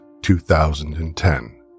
2010